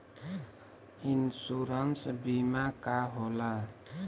Insurance बीमा का होला?